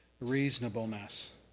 reasonableness